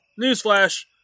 newsflash